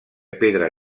pedra